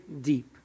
deep